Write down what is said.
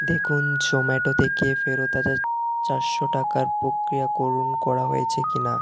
দেখুন জোম্যাটো থেকে ফেরত আসা চারশো টাকার প্রক্রিয়াকরণ করা হয়েছে কিনা